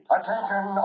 Attention